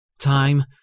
Time